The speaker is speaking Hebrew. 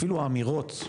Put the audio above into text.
אפילו האמירות.